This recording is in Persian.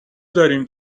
داریم